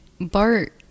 Bart